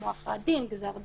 שימוע אחרי הדין, גזר דין,